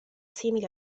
simili